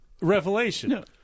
revelation